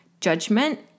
judgment